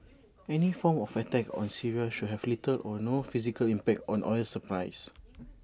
any form of attack on Syria should have little or no physical impact on oil supplies